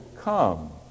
come